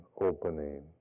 opening